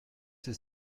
his